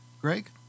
Greg